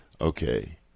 Okay